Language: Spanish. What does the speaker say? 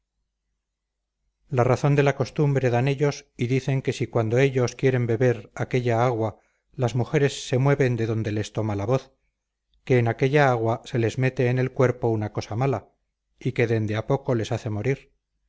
la razón de la costumbre dan ellos y dicen que si cuando ellos quieren beber aquella agua las mujeres se mueven de donde les toma la voz que en aquella agua se les mete en el cuerpo una cosa mala y que dende a poco les hace morir